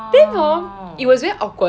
then hor it was very awkward